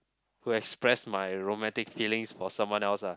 who express my romantic feelings for someone else ah